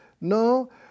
No